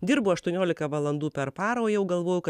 dirbu aštuoniolika valandų per parą o jau galvoju kad